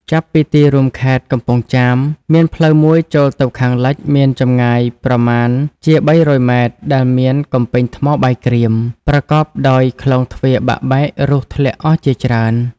ចាប់ពីទីរួមខេត្តកំពង់ចាម មានផ្លូវមួយចូលទៅខាងលិច មានចម្ងាយប្រមាណជា ៣០០ ម៉ែត្រដែលមានកំពែងថ្មបាយក្រៀម ប្រកបដោយក្លោងទ្វារបាក់បែករុះធ្លាក់អស់ជាច្រើន ។